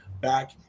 back